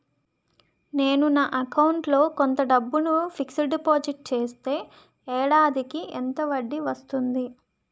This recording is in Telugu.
నేను నా అకౌంట్ లో కొంత డబ్బును ఫిక్సడ్ డెపోసిట్ చేస్తే ఏడాదికి ఎంత వడ్డీ వస్తుంది?